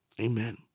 Amen